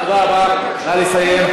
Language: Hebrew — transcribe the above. תודה רבה, נא לסיים.